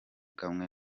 kamwe